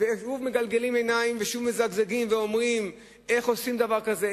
ושוב מגלגלים עיניים ושוב מזגזגים ואומרים: איך עושים דבר כזה?